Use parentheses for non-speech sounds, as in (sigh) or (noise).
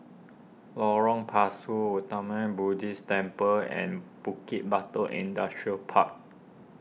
Lorong Pasu (unintelligible) Buddhist Temple and Bukit Batok Industrial Park